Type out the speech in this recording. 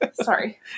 Sorry